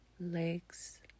legs